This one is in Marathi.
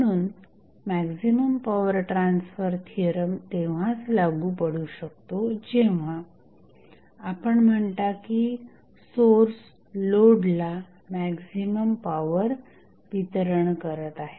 म्हणून मॅक्झिमम पॉवर ट्रान्सफर थिअरम तेव्हाच लागू पडू शकतो जेव्हा आपण म्हणता की सोर्स लोडला मॅक्झिमम पॉवर वितरण करत आहे